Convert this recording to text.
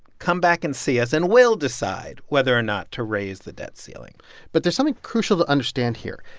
come back and see us and we'll decide whether or not to raise the debt ceiling but there's something crucial to understand here.